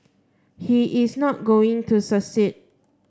he is not going to succeed